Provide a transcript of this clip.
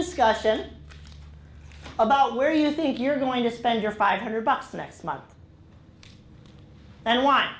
discussion about where you think you're going to spend your five hundred bucks next month and w